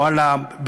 או על הבריאות,